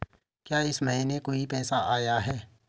क्या इस महीने कोई पैसा आया है?